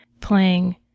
playing